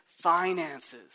finances